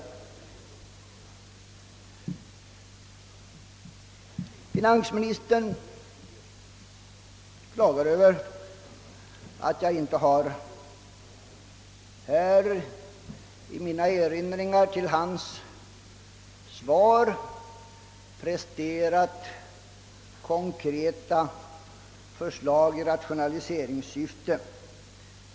Finansministern klagar över att jag inte i mina erinringar till hans svar har presterat konkreta förslag i rationaliseringssyfte.